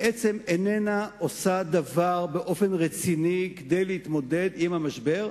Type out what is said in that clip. בעצם אינה עושה דבר באופן רציני כדי להתמודד עם המשבר,